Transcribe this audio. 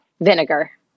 Vinegar